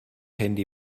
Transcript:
handy